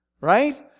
right